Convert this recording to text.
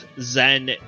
Zen